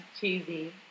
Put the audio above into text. cheesy